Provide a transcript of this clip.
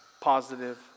positive